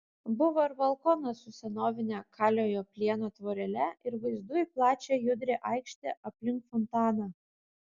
buvo ir balkonas su senovine kaliojo plieno tvorele ir vaizdu į plačią judrią aikštę aplink fontaną